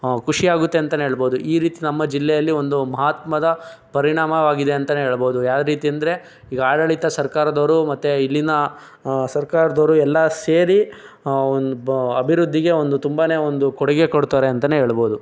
ಖುಷಿ ಆಗುತ್ತೆ ಅಂತಾನೆ ಹೇಳ್ಬೋದು ಈ ರೀತಿ ನಮ್ಮ ಜಿಲ್ಲೆಯಲ್ಲಿ ಒಂದು ಮಹತ್ತ್ವದ ಪರಿಣಾಮವಾಗಿದೆ ಅಂತನೇ ಹೇಳ್ಬೋದು ಯಾವ ರೀತಿ ಅಂದರೆ ಈಗ ಆಡಳಿತ ಸರ್ಕಾರದವರು ಮತ್ತು ಇಲ್ಲಿನ ಸರ್ಕಾರದವರು ಎಲ್ಲ ಸೇರಿ ಒಂದು ಅಭಿವೃದ್ಧಿಗೆ ಒಂದು ತುಂಬಾ ಒಂದು ಕೊಡುಗೆ ಕೊಡ್ತಾವ್ರೆ ಅಂತನೇ ಹೇಳ್ಬೋದು